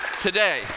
today